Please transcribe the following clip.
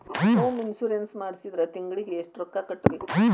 Home insurance ನ ಮಾಡ್ಸಿದ್ರ ತಿಂಗ್ಳಿಗೆ ಎಷ್ಟ್ ರೊಕ್ಕಾ ಕಟ್ಬೇಕ್?